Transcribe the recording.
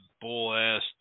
bull-ass